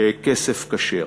כסף כשר.